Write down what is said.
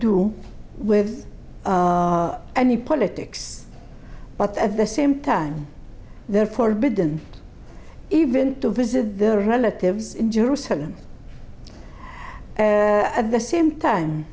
do with any politics but at the same time they're forbidden even to visit their relatives in jerusalem at the same time